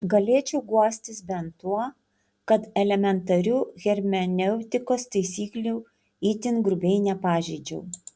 galėčiau guostis bent tuo kad elementarių hermeneutikos taisyklių itin grubiai nepažeidžiau